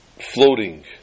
floating